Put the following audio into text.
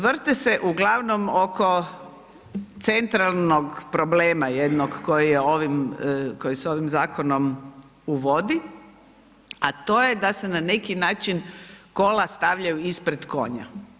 Vrte se uglavnom oko centralnog problema jednog koji se ovim zakonom uvodi, a to je da se na neki način kola stavljaju ispred konja.